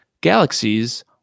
galaxies